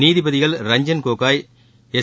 நீதிபதிகள் ரஞ்சன் கோகோய் எஸ்